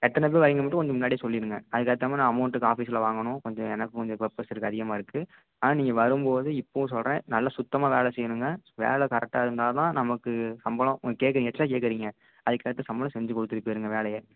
எத்தனை பேர் வரீங்கன்னு மட்டும் கொஞ்சம் முன்னாடியே சொல்லிடுங்க அதுக்கேற்ற மாதிரி நான் அமௌண்ட்டுக்கு ஆஃபீஸில் வாங்கணும் கொஞ்சம் எனக்கு கொஞ்சம் பர்பஸ் இருக்குது அதிகமாக இருக்குது ஆனால் நீங்கள் வரும் போது இப்பவும் சொல்கிறேன் நல்லா சுத்தமாக வேலை செய்யணுங்க வேலை கரெக்டாக இருந்தால் தான் நமக்கு சம்பளம் கேட்குறீங்க எக்ஸ்ட்ரா கேட்குறீங்க அதுக்கேற்ற சம்பளம் செஞ்சு கொடுத்துட்டு போயிடுங்க வேலையை